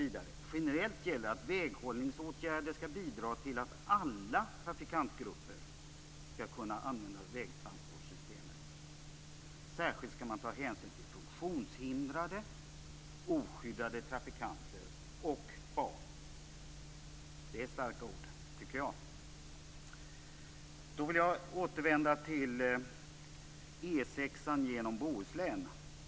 Vidare säger man: Generellt gäller att väghållningsåtgärder skall bidra till att alla trafikantgrupper skall kunna använda vägtransportsystemet. Särskilt skall man ta hänsyn till funktionshindrade, oskyddade trafikanter och barn. Det är starka ord, tycker jag. Jag vill återvända till E 6 genom Bohuslän.